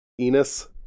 Enos